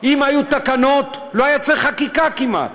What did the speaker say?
אם היו תקנות, לא היה צריך חקיקה כמעט.